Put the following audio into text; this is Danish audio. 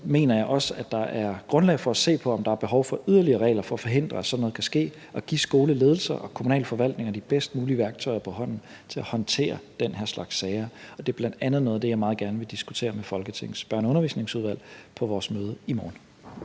mener jeg også, at der er grundlag for at se på, om der er behov for yderligere regler for at forhindre, at sådan noget kan ske, og give skoleledelser og kommunale forvaltninger de bedst mulige værktøjer på hånden til at håndtere den her slags sager. Det er bl.a. noget af det, jeg meget gerne vil diskutere med Folketingets Børne- og Undervisningsudvalg på vores møde i morgen.